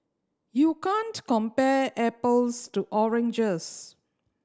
you can't compare apples to oranges